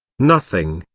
nothing,